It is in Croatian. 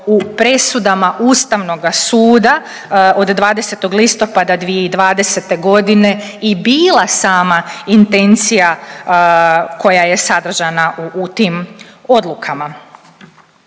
u presudama Ustavnoga suda od 20. listopada 2020. godine i bila sama intencija koja je sadržana u tim odlukama.